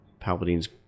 Palpatine's